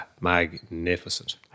magnificent